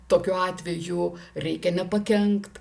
tokiu atveju reikia nepakenkt